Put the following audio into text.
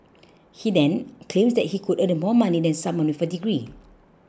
he then claims that he could earn more money than someone with a degree